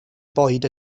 bwyd